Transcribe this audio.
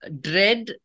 dread